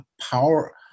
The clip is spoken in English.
power